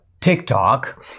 TikTok